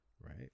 Right